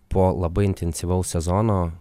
po labai intensyvaus sezono